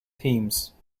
themes